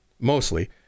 mostly